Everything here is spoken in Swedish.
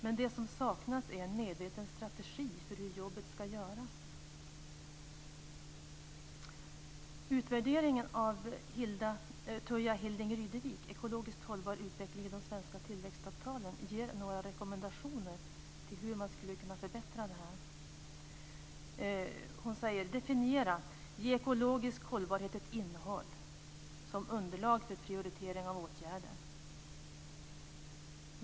Men det som saknas är en medveten strategi för hur jobbet ska göras. Ekologiskt hållbar utveckling i de svenska tillväxtavtalen ges några rekommendationer till hur man skulle kunna göra förbättringar. Hon säger följande: Definiera - ge ekologisk hållbarhet ett innehåll som underlag för prioritering av åtgärder.